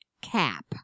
cap